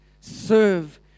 serve